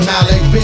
Malik